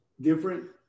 different